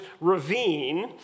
ravine